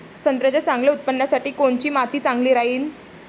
संत्र्याच्या चांगल्या उत्पन्नासाठी कोनची माती चांगली राहिनं?